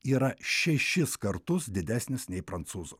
yra šešis kartus didesnis nei prancūzų